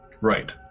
Right